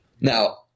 Now